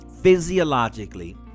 physiologically